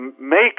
Make